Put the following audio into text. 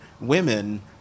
women